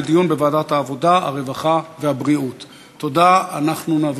לוועדת העבודה, הרווחה והבריאות נתקבלה.